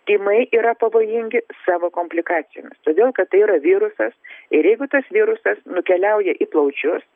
tymai yra pavojingi savo komplikacijomis todėl kad tai yra virusas ir jeigu tas virusas nukeliauja į plaučius